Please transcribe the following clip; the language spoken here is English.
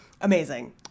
Amazing